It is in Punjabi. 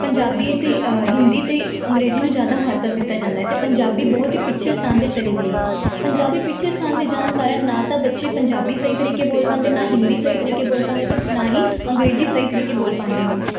ਪੰਜਾਬੀ ਅਤੇ ਹਿੰਦੀ ਅਤੇ ਅੰਗਰੇਜ਼ੀ ਨੂੰ ਜ਼ਿਆਦਾ ਮਹੱਤਵ ਦਿੱਤਾ ਜਾਂਦਾ ਅਤੇ ਪੰਜਾਬੀ ਬਹੁਤ ਹੀ ਪਿੱਛੇ ਸਥਾਨ 'ਤੇ ਚਲੀ ਗਈ ਹੈ ਪੰਜਾਬੀ ਪਿੱਛੇ ਸਥਾਨ 'ਤੇ ਜਾਣ ਕਾਰਨ ਨਾ ਤਾਂ ਬੱਚੇ ਪੰਜਾਬੀ ਸਹੀ ਤਰੀਕੇ ਬੋਲ ਪਾਉਂਦੇ ਨਾ ਹਿੰਦੀ ਸਹੀ ਤਰੀਕੇ ਬੋਲ ਪਾਉਂਦੇ ਅਤੇ ਨਾ ਹੀ ਅੰਗਰੇਜ਼ੀ ਸਹੀ ਤਰੀਕੇ ਬੋਲ ਪਾਉਂਦੇ ਹੈ